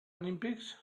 olympics